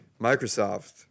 Microsoft